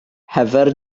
heather